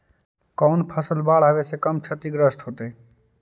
कौन फसल बाढ़ आवे से कम छतिग्रस्त होतइ?